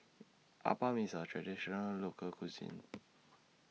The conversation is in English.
Appam IS A Traditional Local Cuisine